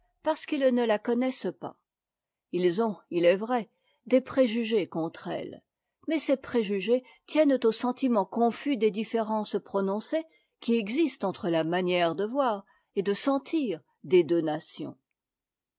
parce qu'ils ne la connaissent pas ils ont il est vrai des préjugés contre elle mais ces préjugés tiennent au sentiment confus des différences prononcées qui existent entre la manière de voir et de sentir des